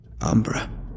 Umbra